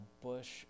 bush